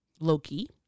Loki